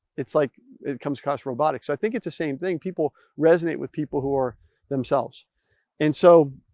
it's like it comes across robotic, so i think, it's the same thing. people resonate with people, who are themselves and so